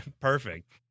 perfect